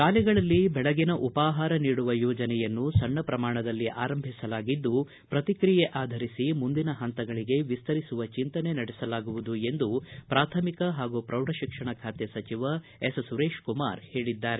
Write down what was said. ಶಾಲೆಗಳಲ್ಲಿ ದೆಳಗಿನ ಉಪಾಹಾರ ನೀಡುವ ಯೋಜನೆಯನ್ನು ಸಣ್ಣ ಪ್ರಮಾಣದಲ್ಲಿ ಆರಂಭಿಸಲಾಗಿದ್ದು ಪ್ರತಿಕ್ರಿಯೆ ಆಧರಿಸಿ ಮುಂದಿನ ಪಂತಗಳಿಗೆ ವಿಸ್ತರಿಸುವ ಚಿಂತನೆ ನಡೆಸಲಾಗುವುದು ಎಂದು ಪ್ರಾಥಮಿಕ ಪಾಗೂ ಪ್ರೌಢ ಶಿಕ್ಷಣ ಖಾತೆ ಸಚಿವ ಎಸ್ ಸುರೇಶಕುಮಾರ್ ಹೇಳಿದ್ದಾರೆ